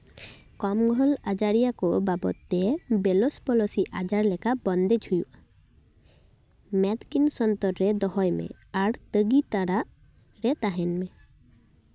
ᱠᱚᱢ ᱜᱷᱟᱹᱞ ᱟᱡᱟᱨᱤᱭᱟᱹ ᱠᱚ ᱵᱟᱵᱚᱛ ᱛᱮ ᱵᱮᱞᱚᱥ ᱯᱚᱞᱚᱥᱤ ᱟᱡᱟᱨ ᱞᱮᱠᱟ ᱵᱚᱱᱫᱮᱡᱽ ᱦᱩᱭᱩᱜᱼᱟ ᱢᱮᱫᱠᱤᱱ ᱥᱚᱱᱛᱚᱨ ᱨᱮ ᱫᱚᱦᱚᱭ ᱢᱮ ᱟᱨ ᱛᱟᱹᱜᱤ ᱛᱟᱲᱟᱜ ᱨᱮ ᱛᱟᱦᱮᱱ ᱢᱮ